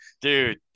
dude